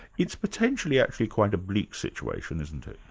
it's potentially actually quite a bleak situation, isn't it?